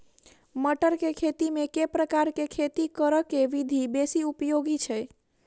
मटर केँ खेती मे केँ प्रकार केँ खेती करऽ केँ विधि बेसी उपयोगी छै?